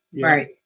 right